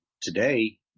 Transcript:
today